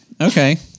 Okay